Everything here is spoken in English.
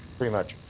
pretty much.